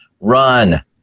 run